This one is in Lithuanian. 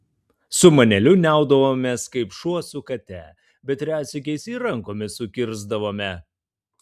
su maneliu niaudavomės kaip šuo su kate bet retsykiais ir rankomis sukirsdavome